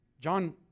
John